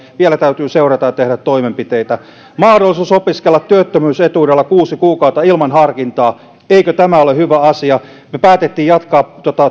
vielä täytyy seurata ja tehdä toimenpiteitä mahdollisuus opiskella työttömyysetuudella kuusi kuukautta ilman harkintaa eikö tämä ole hyvä asia me päätimme jatkaa